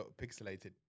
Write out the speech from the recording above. pixelated